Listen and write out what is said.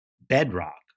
bedrock